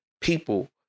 people